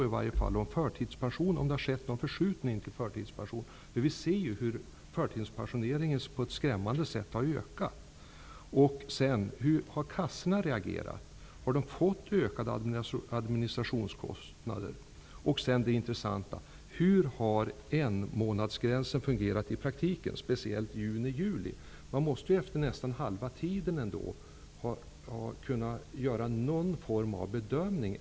I varje fall bör man kunna svara på frågan om det har skett någon förskjutning mot förtidspensionering. Vi ser ju att förtidspensioneringarna på ett skrämmande sätt har ökat. Hur har försäkringskassorna reagerat? Har de fått ökade administirationskostnader? Och sedan det intressanta: Hur har enmånadsgränsen fungerat i praktiken, speciellt juni/juli? Man måste efter nästan halva tiden ändå kunna göra någon bedömning.